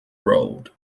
road